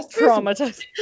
traumatized